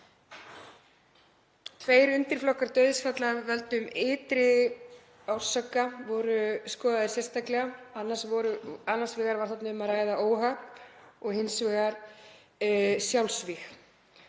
Tveir undirflokkar dauðsfalla af völdum ytri orsaka voru skoðaðir sérstaklega. Annars vegar var þarna um að ræða óhöpp og hins vegar sjálfsvíg,